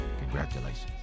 congratulations